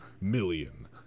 million